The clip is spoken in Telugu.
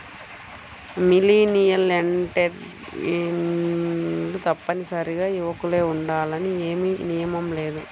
మిలీనియల్ ఎంటర్ప్రెన్యూర్లు తప్పనిసరిగా యువకులే ఉండాలని ఏమీ నియమం లేదు